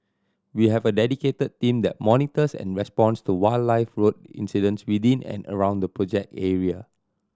we have a dedicated team that monitors and responds to wildlife road incidents within and around the project area